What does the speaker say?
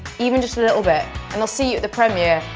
even just a little bit, and i'll see you at the premiere.